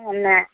उ नहि